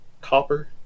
copper